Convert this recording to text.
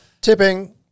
Tipping